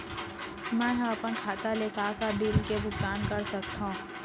मैं ह अपन खाता ले का का बिल के भुगतान कर सकत हो